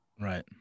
Right